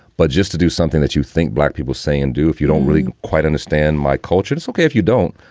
but just to do something that you think black people say and do, if you don't really quite understand my culture, it's okay if you don't,